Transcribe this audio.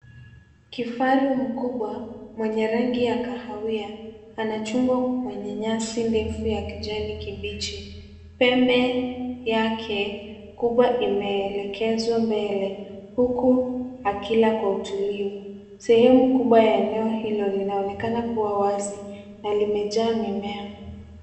Kifaru mkubwa, mwenye rangi ya kahawia, anachungwa kwenye nyasi ndefu ya kijani kibichi. Pembe yake kubwa imeelekezwa mbele huku akila kwa utulivu. Sehemu kubwa ya eneo hilo linaonekana kuwa wazi na limajaa mimea.